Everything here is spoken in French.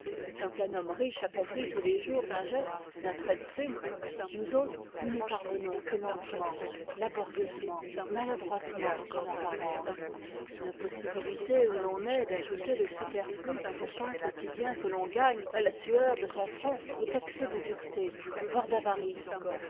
ce qu'un homme riche accomplit tous les jours d'un geste d'un trait de plume nous autres nous n'y parvenons que lentement laborieusement maladroitement en apparence l'impossibilité où l'on est d'ajouter le superflu au pain quotidien que l'on gagne à la sueur de son front est taxée de dureté voire d'avarice